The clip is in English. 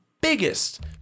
biggest